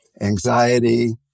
anxiety